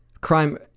crime